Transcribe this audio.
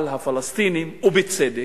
אבל הפלסטינים, ובצדק,